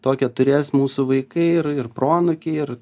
tokią turės mūsų vaikai ir ir proanūkiai ir